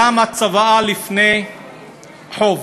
למה צוואה לפני חוב?